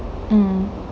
mm